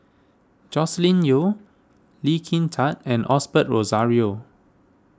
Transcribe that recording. Joscelin Yeo Lee Kin Tat and Osbert Rozario